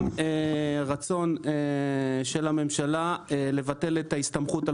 גם רצון של הממשלה לבטל את ההסתמכות על